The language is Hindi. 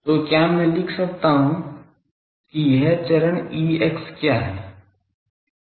तो क्या मैं लिख सकता हूं कि यह चरण Ex क्या है